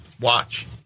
watch